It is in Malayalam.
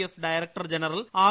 F director general R